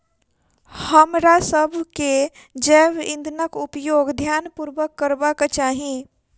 हमरासभ के जैव ईंधनक उपयोग ध्यान पूर्वक करबाक चाही